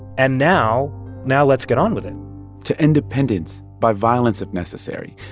and now now let's get on with it to independence, by violence if necessary.